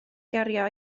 gario